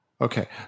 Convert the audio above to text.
Okay